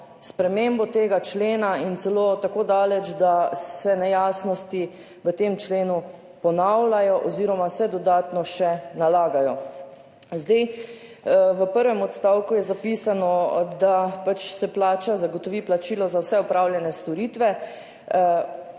spremembo tega člena in celo tako daleč, da se nejasnosti v tem členu ponavljajo oziroma se dodatno še nalagajo. V prvem odstavku je zapisano, da se zagotovi plačilo za vse opravljene storitve